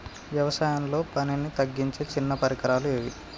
వ్యవసాయంలో పనిని తగ్గించే చిన్న పరికరాలు ఏవి?